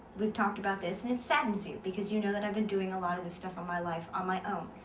we've talked about this, and it saddens you because you know that i've been doing a lot of this stuff all my life on my own.